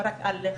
לא רק לחלל,